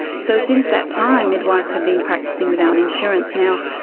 so since that time, midwives have been practising without insurance. now,